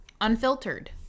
unfiltered